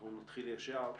אנחנו נתחיל ישר,